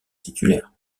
titulaire